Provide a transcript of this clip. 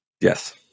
Yes